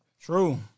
True